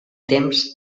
temps